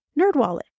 Nerdwallet